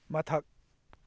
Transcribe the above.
ꯃꯊꯛ